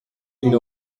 une